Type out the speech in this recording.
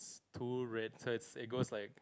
two red flags it goes like